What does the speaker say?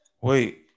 Wait